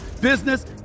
business